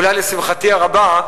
אולי לשמחתי הרבה,